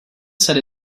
set